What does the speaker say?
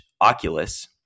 Oculus